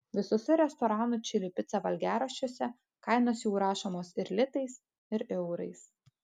visuose restoranų čili pica valgiaraščiuose kainos jau rašomos ir litais ir eurais